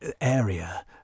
area